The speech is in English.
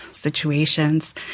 situations